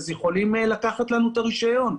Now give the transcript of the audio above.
יכולים לקחת לנו את הרישיון.